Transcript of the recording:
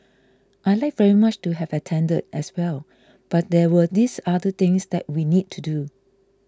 I'd like very much to have attended as well but there were these other things that we need to do